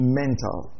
mental